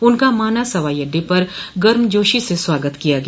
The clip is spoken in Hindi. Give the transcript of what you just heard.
उनका मानस हवाई अड्डे पर गर्मजोशी से स्वागत किया गया